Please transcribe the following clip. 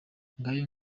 ngayo